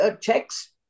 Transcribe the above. checks